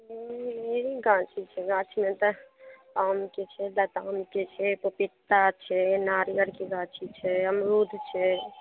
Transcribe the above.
निरी गाछी छै गाछ लेल तऽ आमके छै लतामके छै पपीता छै नारियलके गाछी छै अमरूद छै